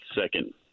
second